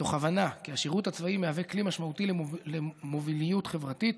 מתוך הבנה כי השירות הצבאי מהווה כלי משמעותי למוביליות חברתית.